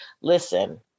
listen